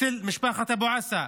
אצל משפחת אבו עסא